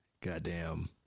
goddamn